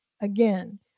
Again